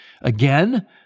again